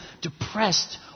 depressed